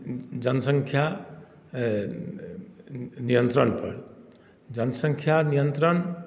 जनसङ्ख्या नियन्त्रणपर जनसङ्ख्या नियन्त्रण